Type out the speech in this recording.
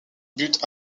buts